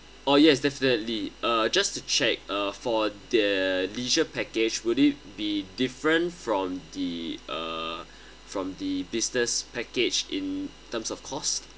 oh yes definitely uh just to check uh for the leisure package would it be different from the uh from the business package in terms of cost